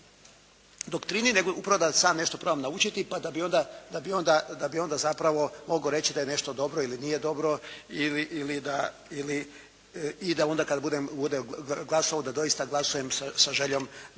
doktrini, nego upravo da sam nešto probam naučiti pa da bi onda zapravo mogao reći da je nešto dobro ili nije dobro i da onda kad budem glasovao da doista glasujem sa željom da